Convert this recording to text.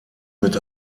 mit